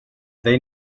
they